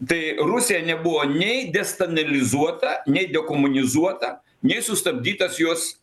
tai rusija nebuvo nei destalinizuota nei dekomunizuota nei sustabdytas jos